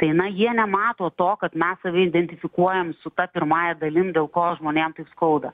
tai na jie nemato to kad mes save identifikuojam su ta pirmąja dalim dėl ko žmonėm taip skauda